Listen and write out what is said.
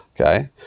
Okay